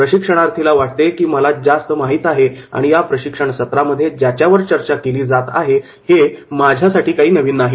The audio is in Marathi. प्रशिक्षणार्थीला वाटते की 'मला जास्त माहित आहे आणि या प्रशिक्षण सत्रामध्ये ज्याच्यावर चर्चा केली जात आहे हे माझ्यासाठी काही नवीन नाही